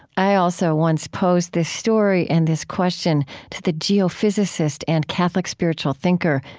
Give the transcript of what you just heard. i also once posed this story and this question to the geophysicist and catholic spiritual thinker,